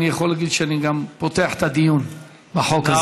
אני יכול להגיד שאני גם פותח את הדיון בחוק הזה.